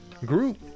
group